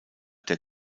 der